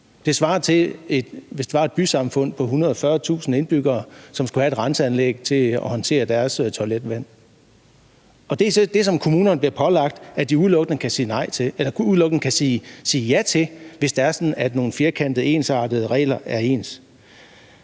det svare til 140.000 indbyggere, som skulle have et renseanlæg til at håndtere deres toiletvand. Og det, som kommunerne bliver pålagt, er, at de udelukkende kan sige ja – hvis det er sådan, at nogle firkantede regler er ens.